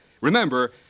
Remember